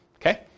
Okay